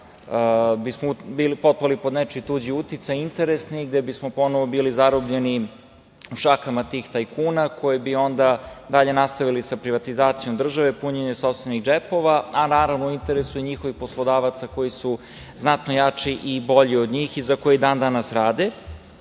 kada bismo potpali pod nečiji tuđi uticaj, interesni, gde bismo ponovo bili zarobljeni šakama tih tajkuna, koji bi onda dalje nastavili sa privatizacijom države, punjenje sopstvenih džepova, a naravno, u interesu i njihovih poslodavaca koji su znatno jači i bolji od njih i za koje i dan danas rade,